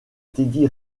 teddy